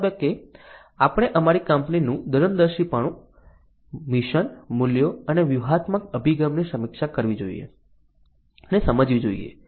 આ તબક્કે આપણે અમારી કંપની નું દૂરંદેશીપણું મિશન મૂલ્યો અને વ્યૂહાત્મક અભિગમની સમીક્ષા કરવી જોઈએ અને સમજવી જોઈએ